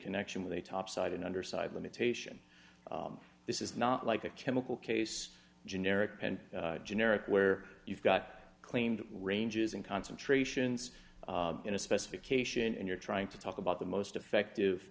connection with a topside and underside limitation this is not like a chemical case generic and generic where you've got claimed ranges in concentrations in a specification and you're trying to talk about the most effective